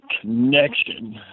connection